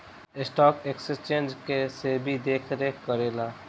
stock exchange के SEBI देखरेख करेला